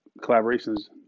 collaborations